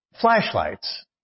Flashlights